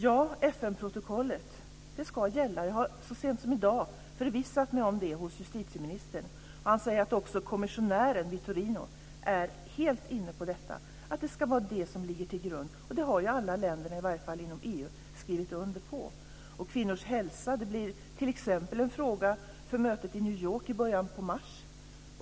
Jag har så sent som i dag förvissat mig om det hos justitieminstern. Och han säger att också kommissionären Vitorino är helt inne på att det är det som ska ligga till grund. Och det har ju alla länder åtminstone inom EU skrivit under på. Och kvinnors hälsa blir t.ex. en fråga för mötet i New York i början av mars.